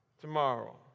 tomorrow